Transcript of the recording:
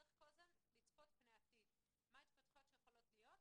צריך כל הזמן לצפות פני עתיד מה ההתפתחויות שיכולות להיות.